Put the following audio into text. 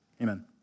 Amen